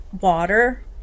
water